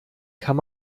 kann